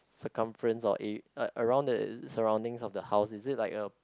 circumference or a around the surroundings of the house is it like a